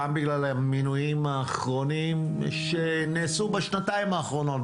גם בגלל מינויים האחרונים שנעשו בשנתיים האחרונות,